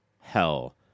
hell